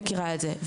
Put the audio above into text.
מכירה את זה,